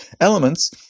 elements